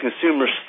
consumers